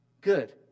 Good